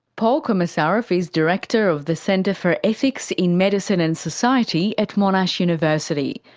paul komesaroff is director of the centre for ethics in medicine and society at monash university.